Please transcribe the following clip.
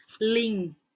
Ling